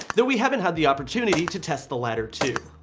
though we haven't had the opportunity to test the latter two.